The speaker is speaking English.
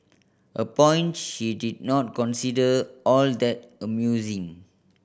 a point she did not consider all that amusing